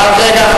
רק רגע,